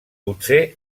potser